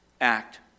act